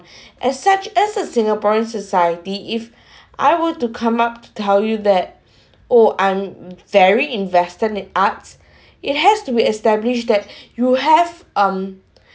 as such as a singaporean society if I were to come up to tell you that oh I'm very invested in arts it has to be establish that you have um